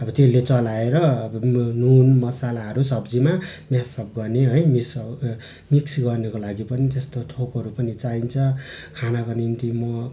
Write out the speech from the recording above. अब त्यसले चलाएर नुन मसलाहरू सब्जीमा म्यासअप गर्ने हैँ मिक्स मिक्स गर्नुको पनि त्यस्तो थोकहरू पनि चाहिन्छ खानाको निम्ति म